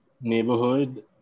neighborhood